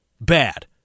Bad